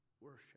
worship